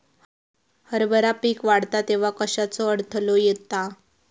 हरभरा पीक वाढता तेव्हा कश्याचो अडथलो येता?